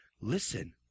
listen